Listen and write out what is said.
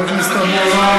חבר הכנסת אבו עראר,